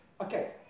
Okay